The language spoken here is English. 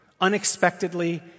unexpectedly